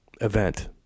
event